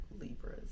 Libras